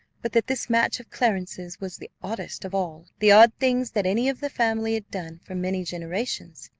but that this match of clarence's was the oddest of all the odd things that any of the family had done for many generations,